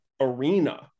arena